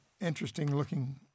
Interesting-looking